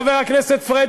חבר הכנסת פריג',